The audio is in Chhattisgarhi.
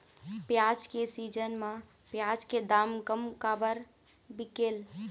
प्याज के सीजन म प्याज के दाम कम काबर बिकेल?